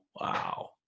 wow